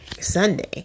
Sunday